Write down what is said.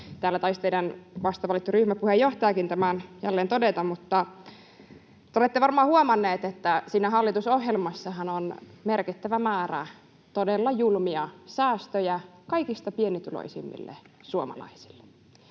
täällä taisi teidän vastavalittu ryhmäpuheenjohtajannekin tämän jälleen todeta. Mutta te olette varmaan huomanneet, että siinä hallitusohjelmassahan on merkittävä määrä todella julmia säästöjä kaikista pienituloisimmille suomalaisille.